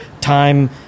time